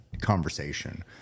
conversation